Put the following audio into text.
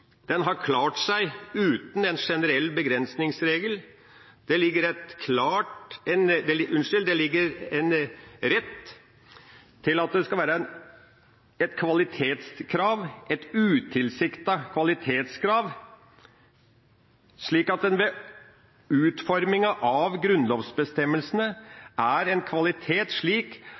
klart seg uten en generell begrensningsregel. Det ligger en rett til at det skal være et kvalitetskrav, et utilsiktet kvalitetskrav, slik at utforminga av grunnlovsbestemmelsene er av en slik kvalitet